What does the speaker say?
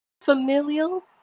familial